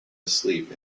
asleep